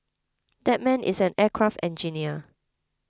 that man is an aircraft engineer